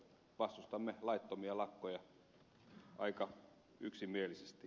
vastustamme laittomia lakkoja aika yksimielisesti